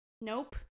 Nope